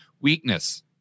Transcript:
weakness